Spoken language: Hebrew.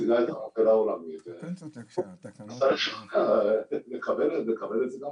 ומשרד התחבורה מקבל את זה.